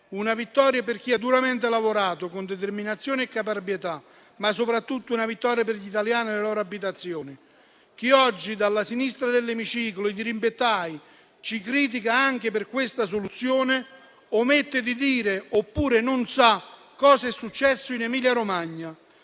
una vittoria per chi ha duramente lavorato con determinazione e caparbietà, ma soprattutto per gli italiani e le loro abitazioni. Chi oggi, dalla sinistra dell'emiciclo, i dirimpettai, ci critica anche per questa soluzione, omette di dire oppure non sa cos'è successo in Emilia-Romagna.